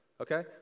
Okay